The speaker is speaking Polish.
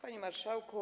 Panie Marszałku!